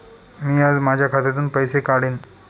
मी आज माझ्या खात्यातून पैसे काढेन